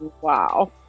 wow